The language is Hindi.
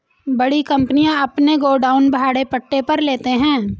बड़ी कंपनियां अपने गोडाउन भाड़े पट्टे पर लेते हैं